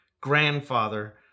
grandfather